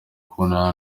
kubonana